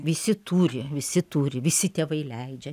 visi turi visi turi visi tėvai leidžia